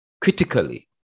critically